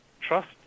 Trust